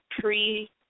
pre-